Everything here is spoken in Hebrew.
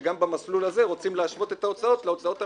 שגם במסלול הזה רוצים להשוות את ההוצאות להוצאות המינהליות.